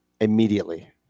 immediately